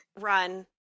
run